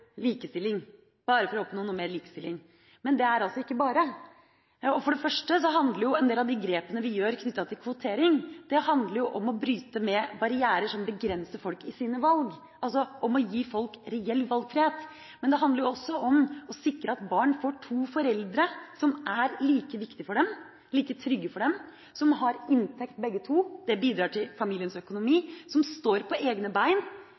likestilling. Men det er altså ikke «bare». For det første handler en del av de grepene vi tar knyttet til kvotering, om å bryte ned barrierer som begrenser folk i sine valg – altså om å gi folk reell valgfrihet. Men det handler også om å sikre at barn får to foreldre som er like viktig og like trygge for dem, som begge to har inntekt som bidrar til familiens økonomi, som står på egne bein,